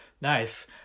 Nice